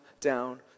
down